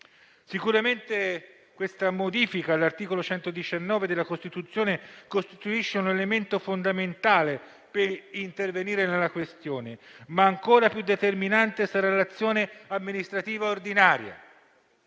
Sicuramente questa modifica dell'articolo 119 della Costituzione costituisce un elemento fondamentale per intervenire nella questione, ma ancora più determinante sarà l'azione amministrativa ordinaria.